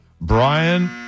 Brian